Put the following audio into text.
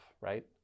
right